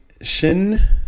shin